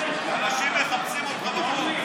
אנשים מחפשים אותך בחוץ.